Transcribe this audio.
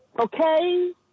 Okay